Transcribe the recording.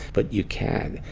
but you can,